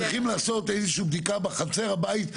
צריכים לעשות איזושהי בדיקה בחצר הבית,